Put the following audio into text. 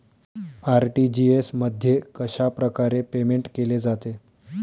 RTGS मध्ये कशाप्रकारे payment केले जाते?